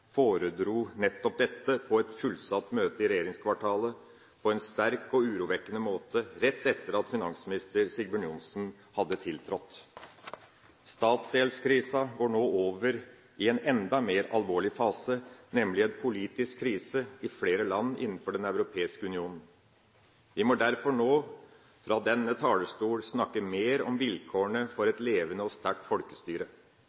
foredro nettopp dette på en sterk og urovekkende måte på et fullsatt møte i regjeringskvartalet rett etter at finansminister Sigbjørn Johnsen hadde tiltrådt. Statsgjeldskrisa går nå over i en enda mer alvorlig fase, nemlig en politisk krise i flere land innenfor Den europeiske union. Vi må derfor nå, fra denne talerstol, snakke mer om vilkårene for